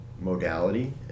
Modality